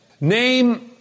Name